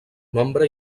nombre